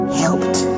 helped